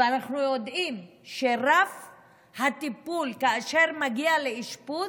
ואנחנו יודעים שכאשר רף הטיפול מגיע לאשפוז,